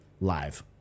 live